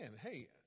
hey